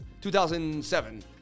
2007